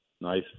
nice